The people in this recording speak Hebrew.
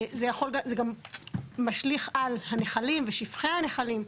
זה גם משליך על הנחלים ושפכי הנחלים.